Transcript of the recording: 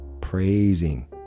praising